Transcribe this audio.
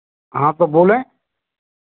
हाँ तो बोले